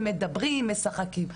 הם מדברים ומשחקים אותה.